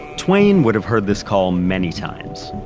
twain would have heard this call many times.